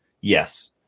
Yes